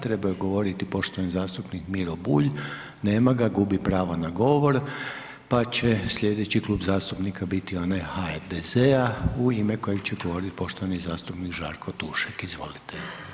Trebao je govoriti poštovani zastupnik Miro Bulj, nema ga, gubi pravo na govor pa će sljedeći klub zastupnika bili onaj HDZ-a u ime kojeg će govoriti poštovani zastupnik Žarko Tušek, izvolite.